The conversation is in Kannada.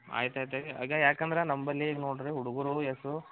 ಆಯ್ತು ಆಯ್ತು ಅಗಾ ಯಾಕಂದ್ರೆ ನಂಬಲ್ಲಿ ಈಗ ನೋಡಿರಿ ಹುಡುಗರು ಎಷ್ಟು